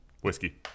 Whiskey